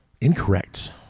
Incorrect